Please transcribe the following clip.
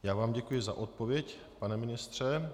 Já vám děkuji za odpověď, pane ministře.